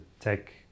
tech